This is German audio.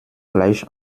gleich